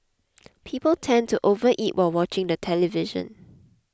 people tend to overeat while watching the television